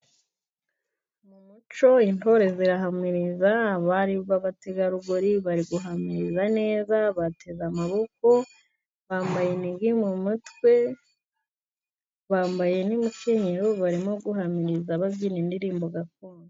Mu muco intore zirahamiriza, abari b'abategarugori bari guhamiriza neza bateze amaboko bambaye inigi mu mutwe, bambaye n'imikenyero, barimo guhamiriza babyina indirimbo gakondo.